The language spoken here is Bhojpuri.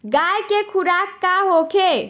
गाय के खुराक का होखे?